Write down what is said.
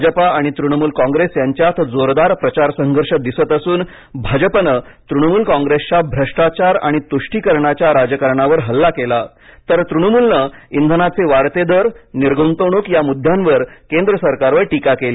भाजपा आणि तृणमूल कॉंग्रेस यांच्यात जोरदार प्रचार संघर्ष दिसत असून भाजपानं तृणमूल कॉंग्रेसच्या भ्रष्टाचार आणि तुष्टीकरणाच्या राजकारणावर हल्ला केला तर तृणमूलनं इंधनाचे वाढते दर निर्गुंतवणूक या मुद्यांवर केंद्र सरकारवर टीका केली